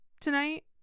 tonight